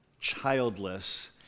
childless